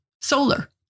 solar